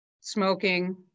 smoking